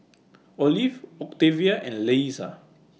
Olive Octavia and Leesa